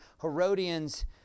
Herodians